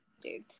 dude